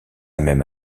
même